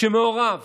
שמעורב